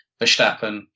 Verstappen